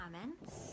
comments